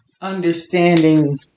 Understanding